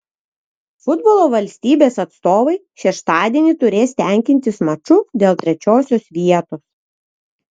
futbolo valstybės atstovai šeštadienį turės tenkintis maču dėl trečiosios vietos